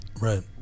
Right